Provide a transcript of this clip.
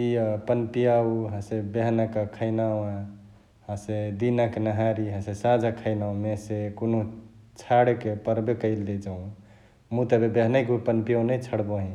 इअ पनपिअउ हसे बिहनाक खैनावा हसे दिनाक नहारी हसे साँझाक खैनावा मेहेसे कुन्हु छाडेके पर्बे कैले जौं मुइ त एबे बिहनैक उ पनपियाउ नै छाडबहिं